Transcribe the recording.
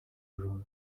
jaune